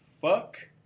fuck